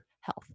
health